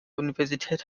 universität